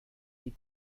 die